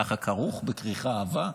ככה כרוך בכריכה עבה,